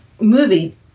movie